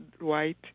white